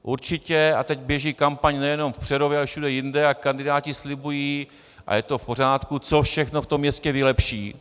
Určitě, a teď běží kampaň nejenom v Přerově, ale všude jinde, a kandidáti slibují, a je to v pořádku, co všechno v tom městě vylepší.